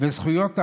וזכויות האדם,